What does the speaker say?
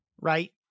Right